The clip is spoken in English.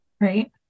right